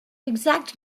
exact